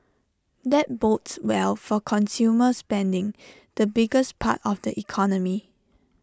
that bodes well for consumer spending the biggest part of the economy